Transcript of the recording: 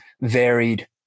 varied